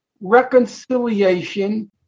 reconciliation